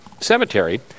Cemetery